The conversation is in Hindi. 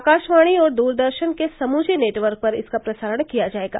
आकाशवाणी और दूरदर्शन के समूचे नेटवर्क पर इसका प्रसारण किया जाएगा